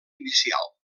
inicial